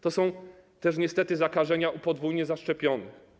To są też niestety zakażenia u podwójnie zaszczepionych.